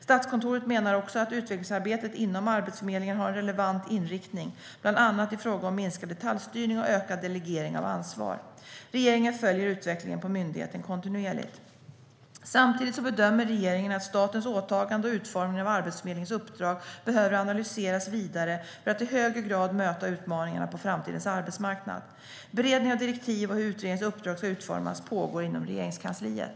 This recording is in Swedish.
Statskontoret menar också att utvecklingsarbetet inom Arbetsförmedlingen har en relevant inriktning, bland annat i fråga om minskad detaljstyrning och ökad delegering av ansvar. Regeringen följer utvecklingen på myndigheten kontinuerligt. Samtidigt bedömer regeringen att statens åtagande och utformningen av Arbetsförmedlingens uppdrag behöver analyseras vidare för att i högre grad möta utmaningarna på framtidens arbetsmarknad. Beredning av direktiv och hur utredningens uppdrag ska utformas pågår inom Regeringskansliet.